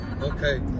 Okay